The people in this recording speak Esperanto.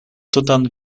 tutan